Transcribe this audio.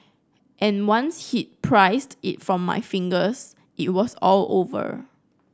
and once he'd prised it from my fingers it was all over